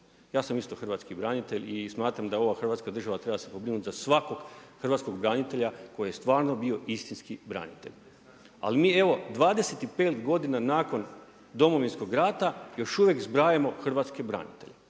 Ja sam isto hrvatski branitelj i smatram da ova Hrvatska država treba se pobrinuti za svakog hrvatskog branitelja koji je stvarno bio istinski branitelj. Ali mi evo 25 godina nakon Domovinskog rata još uvijek zbrajamo hrvatske branitelje.